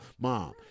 mom